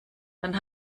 dann